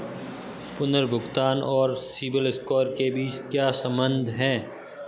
पुनर्भुगतान और CIBIL score के बीच क्या संबंध है?